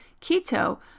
keto